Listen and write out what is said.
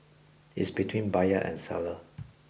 is between buyer and seller